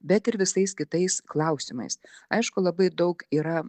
bet ir visais kitais klausimais aišku labai daug yra